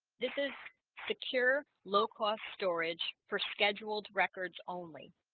this is secure low-cost storage for scheduled records only.